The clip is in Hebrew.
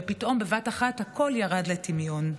ופתאום בבת אחת הכול ירד לטמיון.